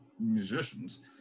musicians